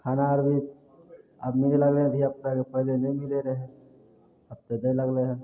खाना आर भी आब मिलै लगलै धियापुताके पहिले नहि मिलै रहै आब तऽ दै लगलै हँ